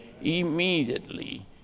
Immediately